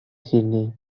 sini